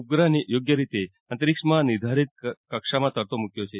ઉપશ્રહને યોગ્ય રીતે અંતરિક્ષમાં નિર્ધારિત કક્ષામાં તરતો મૂક્યો છે